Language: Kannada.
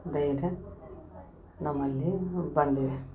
ಧೈರ್ಯ ನಮ್ಮಲ್ಲಿ ಬಂದಿವೆ